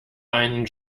einen